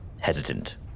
hesitant